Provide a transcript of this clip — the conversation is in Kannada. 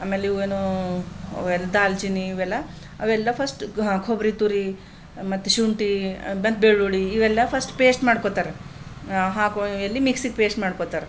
ಆಮೇಲೆ ಇವು ಏನು ದಾಲ್ಚಿನ್ನಿ ಇವೆಲ್ಲ ಅವೆಲ್ಲ ಫಸ್ಟ್ ಕೊಬ್ಬರಿ ತುರಿ ಮತ್ತು ಶುಂಠಿ ಮತ್ತು ಬೆಳ್ಳುಳ್ಳಿ ಇವೆಲ್ಲ ಫಸ್ಟ್ ಪೇಸ್ಟ್ ಮಾಡ್ಕೋತಾರೆ ಹಾಕೋ ಎಲ್ಲಿ ಮಿಕ್ಸಿಗೆ ಪೇಸ್ಟ್ ಮಾಡ್ಕೋತಾರೆ